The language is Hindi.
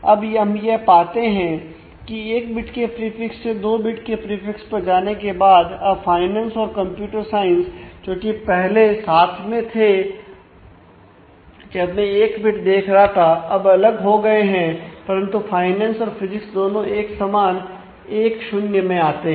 अब हम यह पाते हैं कि एक बिट के प्रीफिक्स से 2 बिट के प्रीफिक्स पर जाने के बाद अब फाइनेंस और कंप्यूटर साइंस जो कि पहले साथ में थे जब मैं एक बिट देख रहा था अब अलग हो गए हैं परंतु फाइनेंस और फिजिक्स दोनों एक समान 1 0 मैं आते हैं